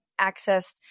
accessed